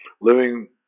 living